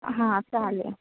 हां चालेल